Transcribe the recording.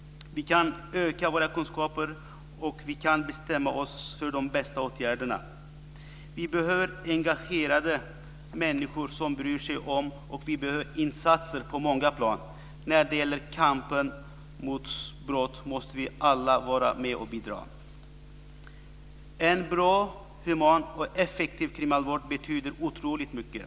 Vi kan öka våra kunskaper och vi kan bestämma oss för de bästa åtgärderna. Vi behöver engagerade människor som bryr sig om, och vi behöver insatser på många plan. När det gäller kampen mot brott måste vi alla vara med och bidra. En bra, human och effektiv kriminalvård betyder otroligt mycket.